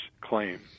claim